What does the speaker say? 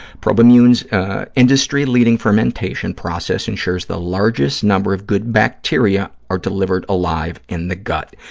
probimune's industry-leading fermentation process ensures the largest number of good bacteria are delivered alive in the gut.